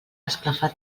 esclafar